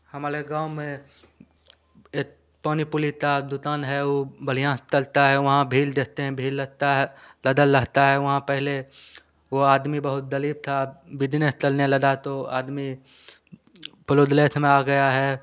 हमारे गाँव में एक पानी पूरी का दुकान है वो बढ़ियाँ से तलता है वहाँ भीड़ देखते हैं भीड़ लगता है लदल लगता है वहाँ पहले वो आदमी बहुत गरीब था बिज़नेस चलने लगा तो आदमी प्लोग्लेस में आ गया है